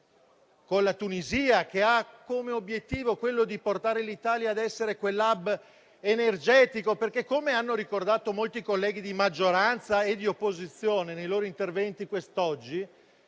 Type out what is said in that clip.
con la Tunisia, che ha come obiettivo quello di portare l'Italia ad essere un *hub* energetico. Come infatti hanno ricordato molti colleghi di maggioranza e di opposizione nei loro interventi quest'oggi,